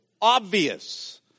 obvious